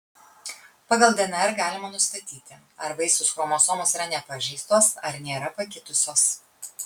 pagal dnr galima nustatyti ar vaisiaus chromosomos yra nepažeistos ar nėra pakitusios